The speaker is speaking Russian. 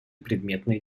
предметные